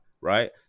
right